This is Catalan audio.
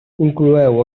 incloeu